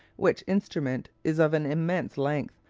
which instrument is of an immense length,